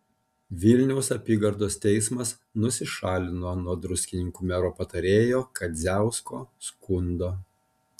vilniaus apygardos teismas nusišalino nuo druskininkų mero patarėjo kadziausko skundo